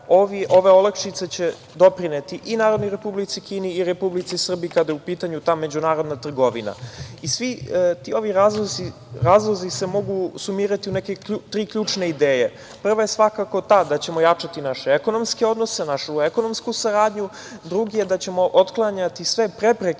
ove olakšice će doprineti i Narodnoj Republici Kini i Republici Srbiji kada je u pitanju ta međunarodna trgovina. Svi ovi razlozi se mogu sumirati u neke tri ključne ideje. Prva je svakako ta da ćemo jačati naše ekonomske odnose, našu ekonomsku saradnju, drugi je da ćemo otklanjati sve prepreke